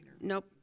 Nope